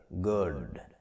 good